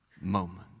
moment